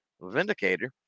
Vindicator